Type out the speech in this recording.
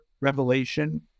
revelation